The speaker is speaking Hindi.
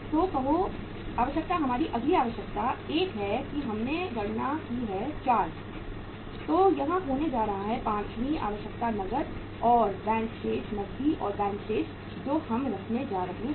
तो कहो आवश्यकता हमारी अगली आवश्यकता एक है कि हमने गणना की है 4 तो यह होने जा रहा है 5 वीं आवश्यकता नकद और बैंक शेष नकदी और बैंक शेष जो हम रखने जा रहे हैं